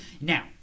Now